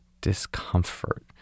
discomfort